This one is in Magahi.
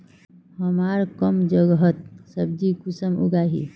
हमार कम जगहत सब्जी कुंसम उगाही?